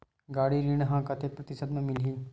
गाड़ी ऋण ह कतेक प्रतिशत म मिलही?